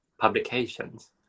publications